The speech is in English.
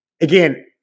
again